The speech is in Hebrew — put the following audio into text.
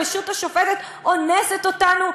הרשות השופטת אונסת אותנו.